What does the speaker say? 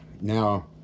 now